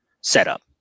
setup